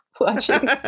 watching